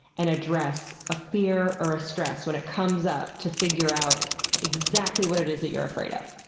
and address a fear or a stress when it comes up, to figure out exactly what it is that you're afraid of.